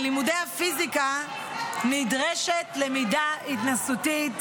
בלימודי הפיזיקה נדרשת למידה התנסותית,